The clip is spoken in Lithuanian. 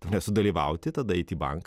tame sudalyvauti tada eiti į banką